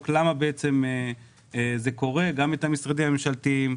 למה זה קורה - גם את המשרדים הממשלתיים,